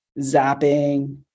zapping